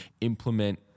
implement